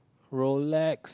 Rolex